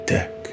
Deck